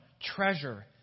treasure